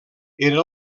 era